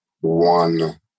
one